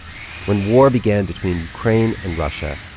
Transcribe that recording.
when war began between ukraine and russia,